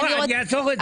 אני אעצור את זה.